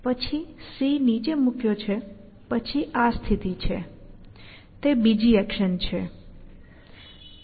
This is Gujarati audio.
પછી C નીચે મૂક્યો છે પછી આ સ્થિતિ છે તે બીજી એક્શન છે